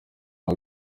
aha